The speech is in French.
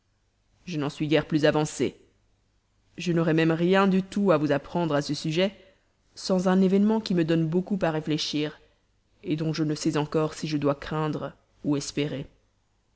je n'en suis guère avancé je n'aurais même rien du tout à vous apprendre à ce sujet sans un événement qui me donne beaucoup à réfléchir dont je ne sais encore si je dois craindre ou espérer